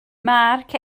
mark